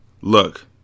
Look